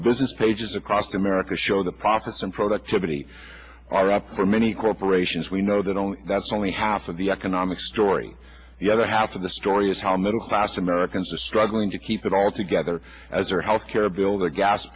the business pages across america show the profits and productivity are up for many corporations we know that only that's only half of the economic story the other half of the story is how middle class americans are struggling to keep it all together as our health care bill the gas